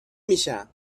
میشم